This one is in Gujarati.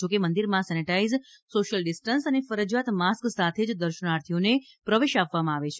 જો કે મંદિરમાં સેનેટાઇઝ સોશિયલ ડિસ્ટન્સ અને ફરજીયાત માસ્ક સાથે જ દર્શનાર્થીઓને પ્રવેશ આપવામાં આવે છે